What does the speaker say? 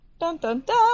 Dun-dun-dun